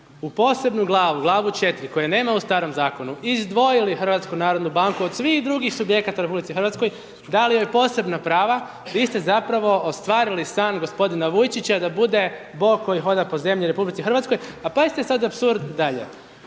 u posebnu glavu, Glavu 4 koje nema u starom zakonu izdvojili HNB od svih drugih subjekata u RH, dali joj posebna prava, vi ste zapravo ostvarili san gospodina Vujčića da bude Bog koji hoda po zemlji u RH. A pazite sad apsurd dalje.